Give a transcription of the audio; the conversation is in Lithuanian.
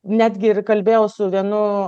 netgi ir kalbėjau su vienu